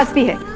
um be it.